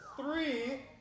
three